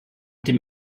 dem